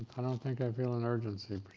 i don't think i feel an urgency,